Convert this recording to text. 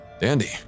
Dandy